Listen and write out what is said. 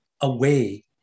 away